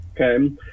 Okay